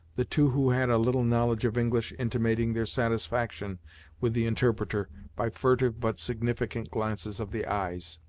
the two who had a little knowledge of english intimating their satisfaction with the interpreter by furtive but significant glances of the eyes.